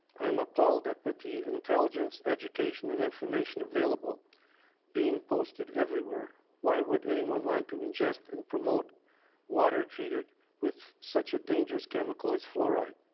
i am appalled that with the intelligence, education and information available being posted everywhere why would anyone want to ingest and promote water treated with such a dangerous chemical as fluoride?